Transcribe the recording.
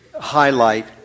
highlight